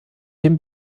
dem